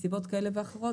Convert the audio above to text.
מסיבות כאלה ואחרות,